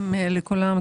ח'טיב, בקשה.